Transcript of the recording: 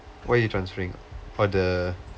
what are you transferring or the